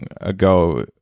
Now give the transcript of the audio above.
ago